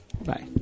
Bye